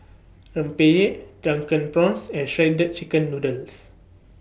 Rempeyek Drunken Prawns and Shredded Chicken Noodles